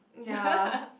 ya